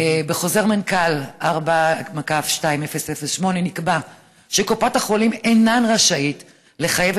בחוזר מנכ"ל 4/2008 נקבע שקופות החולים אינן רשאיות לחייב